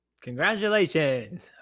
Congratulations